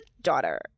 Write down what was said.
daughter